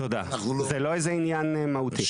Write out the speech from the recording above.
זה לא איזה עניין מהותי.